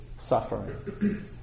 suffering